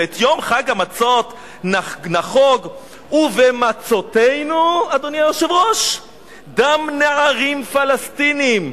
ואת יום חג המצות נחוג ובמצותינו דם נערים פלסטינים.